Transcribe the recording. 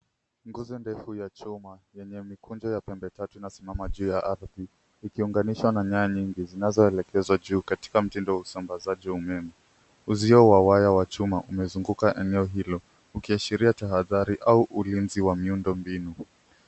Nguzo ndefu ya chuma yenye mikunjo ya pembetatu inasimama juu ya ardhi, ikiunganishwa na nyaya nyingi zinazoelekezwa juu katika mtindo wa usambazaji wa umeme. Uzio wa waya wa chuma umezunguka eneo hilo ukiashiria tahadhari au ulinzi wa miundo mbinu.